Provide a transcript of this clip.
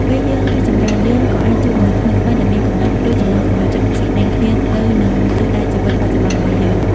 ពេលយើងរីកចម្រើន យើងក៏អាចជួបមនុស្សថ្មីៗដែលមានគំនិត ឬចំណង់ចំណូលចិត្តស្រដៀងគ្នាទៅនឹងទិសដៅជីវិតបច្ចុប្បន្នរបស់យើង។